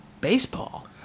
baseball